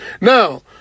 Now